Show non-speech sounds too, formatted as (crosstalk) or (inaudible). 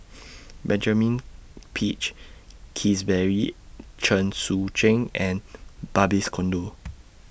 (noise) Benjamin Peach Keasberry Chen Sucheng and Barbies Conde